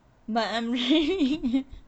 but I'm really